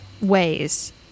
ways